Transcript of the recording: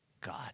God